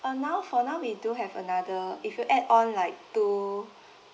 uh now for now we do have another if you add on like two